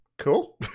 Cool